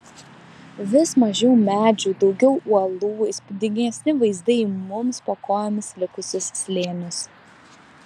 vis mažiau medžių daugiau uolų įspūdingesni vaizdai į mums po kojomis likusius slėnius